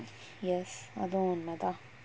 yes அதுவும் உண்மதான்:athuvum unmathaan